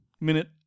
minute